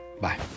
Bye